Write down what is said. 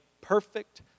perfect